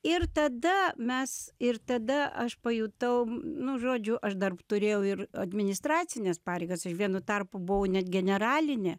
ir tada mes ir tada aš pajutau nu žodžiu aš dar turėjau ir administracines pareigas vienu tarpu buvau net generalinė